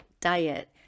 diet